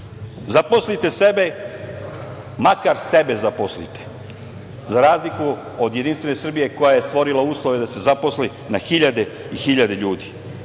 ulicu i makar sebe zaposlite, za razliku od Jedinstvene Srbije koja je stvorila uslove da se zaposli na hiljade i hiljade ljudi.